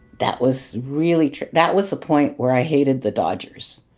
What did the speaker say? that was really true. that was the point where i hated the dodgers.